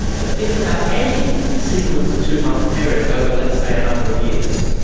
but think about any sequence of two-month periods over let's say a number of years,